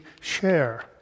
share